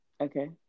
Okay